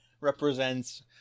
represents